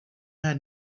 man